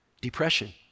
Depression